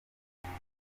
namwe